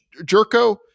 Jerko